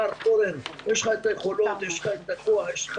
מר פורר, יש לך היכולות, יש לך הכוח והמרץ.